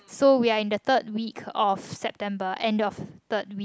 so we are in the third week of September end of third week